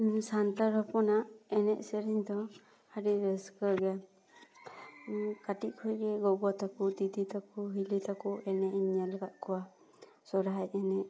ᱥᱟᱱᱛᱟᱞ ᱦᱚᱯᱚᱱᱟᱜ ᱮᱱᱮᱡ ᱥᱮᱨᱮᱧᱫᱚ ᱟᱹᱰᱤ ᱨᱟᱹᱥᱠᱟᱹ ᱜᱮᱭᱟ ᱠᱟᱹᱴᱤᱡ ᱠᱷᱚᱡ ᱜᱮ ᱜᱚᱜᱚ ᱛᱟᱠᱚ ᱫᱤᱫᱤ ᱛᱟᱠᱚ ᱦᱤᱞᱤ ᱛᱟᱠᱚ ᱮᱱᱮᱡ ᱤᱧ ᱧᱮᱞ ᱟᱠᱟᱫ ᱠᱚᱣᱟ ᱥᱚᱦᱚᱨᱟᱭ ᱮᱱᱮᱡ